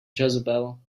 jezebel